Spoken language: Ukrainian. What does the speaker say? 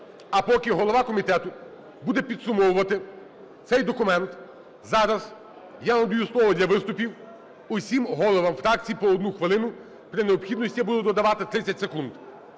А поки голова комітету буде підсумовувати цей документ, зараз я надаю слово для виступів усім головам фракцій по одній хвилині, при необхідності я буду додавати 30 секунд.